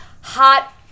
hot